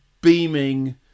beaming